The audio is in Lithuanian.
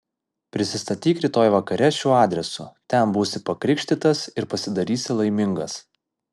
prisistatyk rytoj vakare šiuo adresu ten būsi pakrikštytas ir pasidarysi laimingas